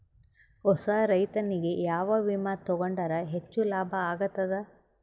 ಹೊಸಾ ರೈತನಿಗೆ ಯಾವ ವಿಮಾ ತೊಗೊಂಡರ ಹೆಚ್ಚು ಲಾಭ ಆಗತದ?